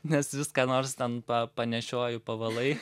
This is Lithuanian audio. nes vis ką nors ten pa panešioji pavalai